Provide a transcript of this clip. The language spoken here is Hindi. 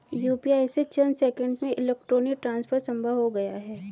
यूपीआई से चंद सेकंड्स में इलेक्ट्रॉनिक ट्रांसफर संभव हो गया है